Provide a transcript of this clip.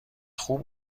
خوب